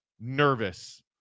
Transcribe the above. nervous